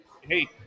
hey